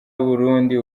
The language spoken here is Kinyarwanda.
burundi